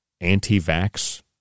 anti-vax